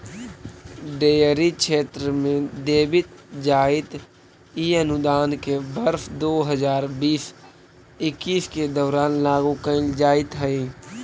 dairy क्षेत्र में देवित जाइत इ अनुदान के वर्ष दो हज़ार बीस इक्कीस के दौरान लागू कैल जाइत हइ